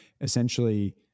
essentially